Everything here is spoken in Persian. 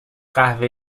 قهوه